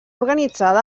organitzada